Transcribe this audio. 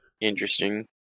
Interesting